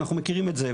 אנחנו מכירים את זה,